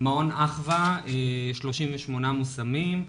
מעון 'אחווה' 38 מושמים,